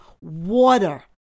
water